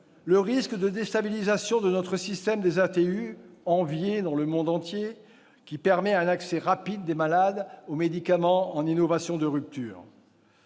un risque de déstabilisation de notre système des ATU, qui est pourtant envié dans le monde entier, car il permet un accès rapide des malades aux médicaments en innovation de rupture.